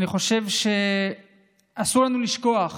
אני חושב שאסור לנו לשכוח: